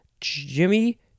Jimmy